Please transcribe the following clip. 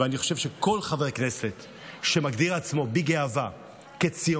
ואני חושב שכל חבר כנסת שמגדיר עצמו בגאווה כציוני,